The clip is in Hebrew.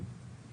ריח'.